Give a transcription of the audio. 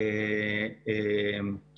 ניתוח החלופות,